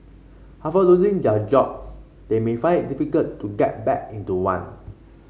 after losing their jobs they may find difficult to get back into one